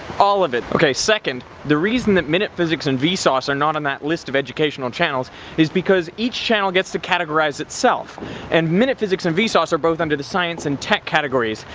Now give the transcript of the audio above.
all of it. ok, second, the reason that minutephysics and vsauce are not on that list of educational channels is because each channel gets to categorize itself and minutephysics and vsauce are both under the science and tech categories.